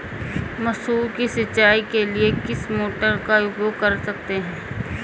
मसूर की सिंचाई के लिए किस मोटर का उपयोग कर सकते हैं?